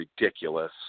ridiculous